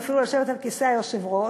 ואפילו לשבת על כיסא היושב-ראש,